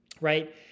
Right